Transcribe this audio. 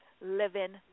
living